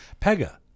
Pega